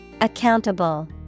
Accountable